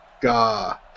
God